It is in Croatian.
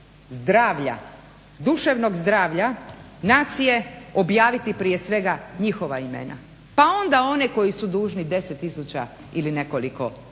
zdravlja, duševnog zdravlja nacije objaviti prije svega njihova imena pa onda one koji su dužni 10 tisuća ili nekoliko tisuća,